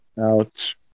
Ouch